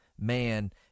man